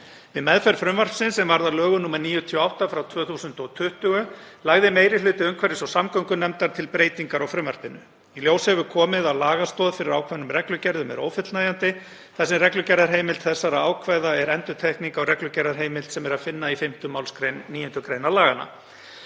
Við meðferð frumvarpsins sem varð að lögum nr. 98/2020 lagði meiri hluti umhverfis- og samgöngunefndar til breytingar á frumvarpinu. Í ljós hefur komið að lagastoð fyrir ákveðnum reglugerðum er ófullnægjandi þar sem reglugerðarheimild þessara ákvæða er endurtekning á reglugerðarheimild sem er að finna í 5. mgr. 9. gr. laganna.